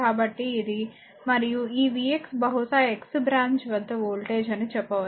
కాబట్టి ఇది మరియు ఈ vx బహుశా x బ్రాంచ్ వద్ద వోల్టేజ్ అని చెప్పవచ్చు